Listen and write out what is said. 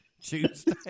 Tuesday